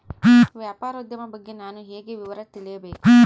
ವ್ಯಾಪಾರೋದ್ಯಮ ಬಗ್ಗೆ ನಾನು ಹೇಗೆ ವಿವರ ತಿಳಿಯಬೇಕು?